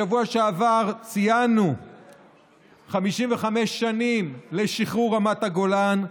בשבוע שעבר ציינו 55 שנים לשחרור רמת הגולן.